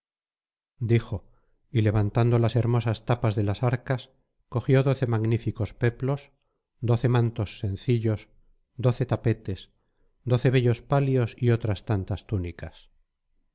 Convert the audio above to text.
dijo y levantando las hermosas tapas de las arcas cogió doce magníficos peplos doce mantos sencillos doce tapetes doce bellos palios y otras tantas túnicas